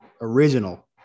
original